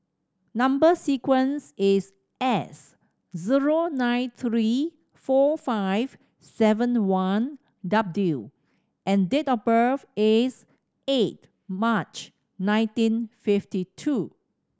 number sequence is S zero nine three four five seven one W and date of birth is eight March nineteen fifty two